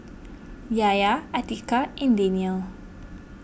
Yahya Atiqah and Daniel